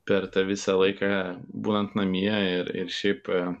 per tą visą laiką būnant namie ir ir šiaip